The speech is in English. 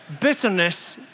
Bitterness